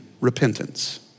repentance